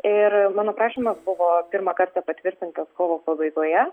ir mano prašymas buvo pirmą kartą patvirtintas kovo pabaigoje